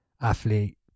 athlete